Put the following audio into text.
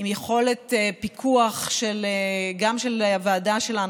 עם יכולת פיקוח גם של הוועדה שלנו,